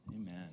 Amen